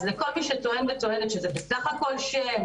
אז כל מי שטוען וטוענת שזה בסך-הכל שם,